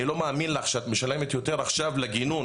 אני לא מאמין לך שאת משלמת עכשיו יותר לגינון,